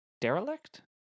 Derelict